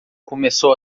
começou